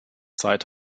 zeit